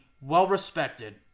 well-respected